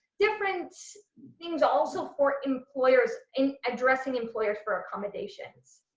different things also for employers in addressing employers for accommodations.